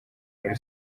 muri